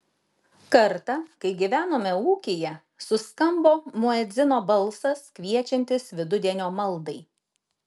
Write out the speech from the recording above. kartą kai gyvenome ūkyje suskambo muedzino balsas kviečiantis vidudienio maldai